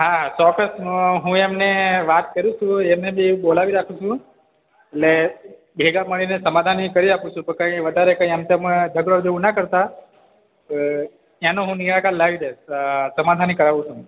હા ચોક્કસ હું એમને વાત કરું છું એમને બી બોલાવી રાખું છું એટલે ભેગા મળીને સમાધાન એ કરી આપું છું કંઈ વધારે કંઈ આમ તમે ઝગડો જેવુ ના કરતાં એનું હું નિરાકરણ લાવી દઇશ સમાધાની કરાવું છું